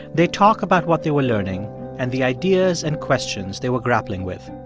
they'd talk about what they were learning and the ideas and questions they were grappling with.